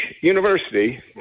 university